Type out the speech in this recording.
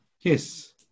Yes